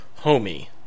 Homie